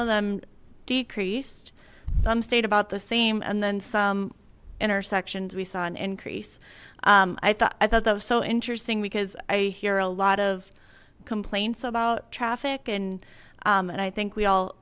of them decreased some stayed about the same and then some intersections we saw an increase i thought i thought that was so interesting because i hear a lot of complaints about traffic and and i think we all